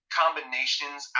combinations